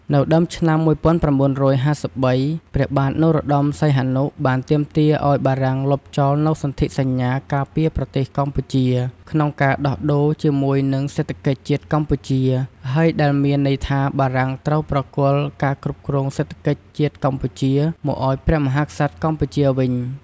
នៅដើមឆ្នាំ ១៩៥៣ ព្រះបាទនរោត្តសីហនុ បានទាមទារឱ្យបារាំងលុបចោលនូវសន្ធិសញ្ញាការពារប្រទេសកម្ពុជា ក្នុងការដោះដូរជាមួយនិងសេដ្ឋកិច្ចជាតិកម្ពុជា ហើយដែលមានន័យថាបារាំងត្រូវប្រគល់ការគ្រប់គ្រងសេដ្ឋកិច្ចជាតិកម្ពុជា មកឱ្យព្រះមហាក្សត្រកម្ពុជាវិញ ។